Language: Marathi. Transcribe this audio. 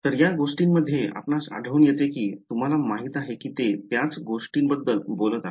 तर या गोष्टींमध्ये आपणास आढळून येते की तुम्हाला माहित आहे की ते त्याच गोष्टीबद्दल बोलत आहेत